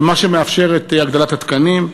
מה שמאפשר את הגדלת מספר התקנים.